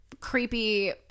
creepy